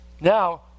Now